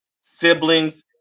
siblings